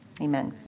amen